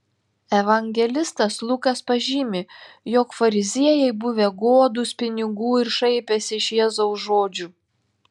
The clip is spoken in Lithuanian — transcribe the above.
evangelistas lukas pažymi jog fariziejai buvę godūs pinigų ir šaipęsi iš jėzaus žodžių